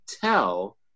tell